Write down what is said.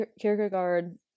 Kierkegaard